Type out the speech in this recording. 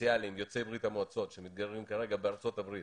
פוטנציאליים יוצאי ברית המועצות שמתגוררים כרגע בארצות הברית